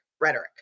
rhetoric